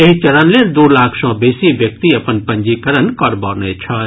एहि चरण लेल दू लाख सँ बेसी व्यक्ति अपन पंजीकरण करबौने छथि